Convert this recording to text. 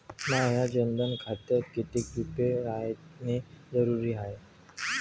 माह्या जनधन खात्यात कितीक रूपे रायने जरुरी हाय?